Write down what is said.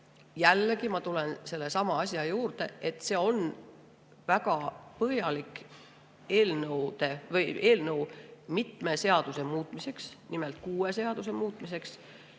jällegi, ma tulen sellesama asja juurde, et see on väga põhjalik eelnõu mitme seaduse muutmiseks, nimelt kuue seaduse muutmiseks.